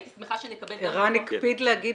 הייתי שמחה שנקבל --- ערן הקפיד להגיד